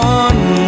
one